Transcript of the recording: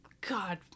God